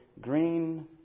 Green